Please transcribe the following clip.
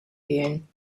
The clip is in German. wählen